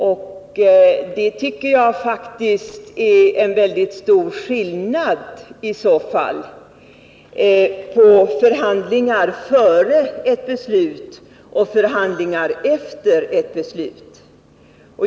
Jag tycker att det faktiskt är en väldigt stor skillnad mellan förhandlingar före ett beslut och förhandlingar efter ett beslut.